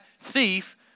thief